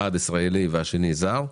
אחד ישראלי והשני זר,